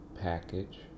package